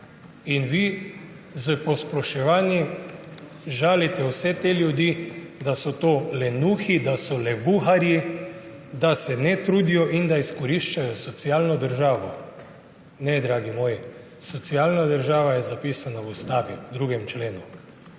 in vi s posploševanji žalite vse te ljudi, da so to lenuhi, da so levuharji, da se ne trudijo in da izkoriščajo socialno državo. Ne, dragi moji, socialna država je zapisana v Ustavi, v 2. členu.